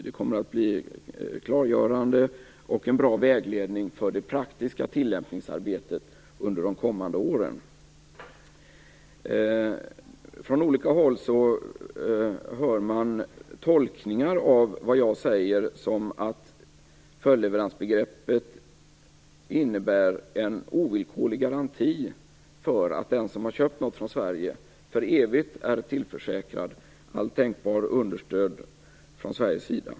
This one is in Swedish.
Det kommer att bli klargörande och en bra vägledning för det praktiska tillämpningsarbetet under de kommande åren. Från olika håll hör man tolkningar av vad jag säger, t.ex. att följdleveransbegreppet innebär en ovillkorlig garanti för att den som har köpt något från Sverige för evigt är tillförsäkrad allt tänkbart understöd från Sveriges sida.